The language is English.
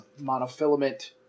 monofilament